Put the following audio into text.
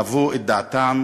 דעתם